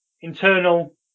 internal